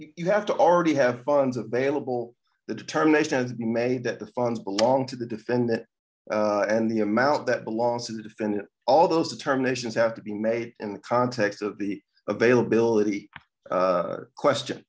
you have to already have funds available the determination was made that the funds belong to the defendant and the amount that belongs to the defendant all those determinations have to be made in context of the availability question